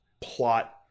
plot